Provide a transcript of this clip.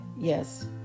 yes